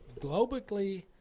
globally